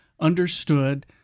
understood